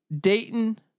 Dayton